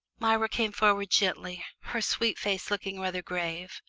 myra came forward gently, her sweet face looking rather grave.